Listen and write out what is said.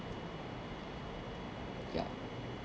ya